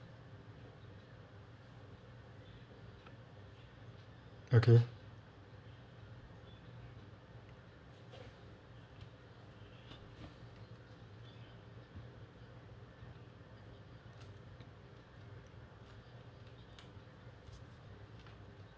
okay